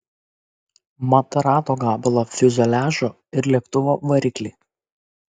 mat rado gabalą fiuzeliažo ir lėktuvo variklį